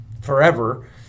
forever